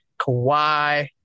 Kawhi